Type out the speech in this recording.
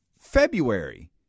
February